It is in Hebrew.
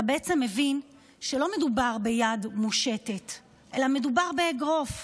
אתה בעצם מבין שלא מדובר ביד מושטת אלא מדובר באגרוף.